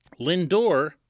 Lindor